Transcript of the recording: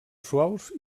suaus